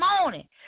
morning